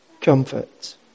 comfort